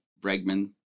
Bregman